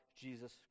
Jesus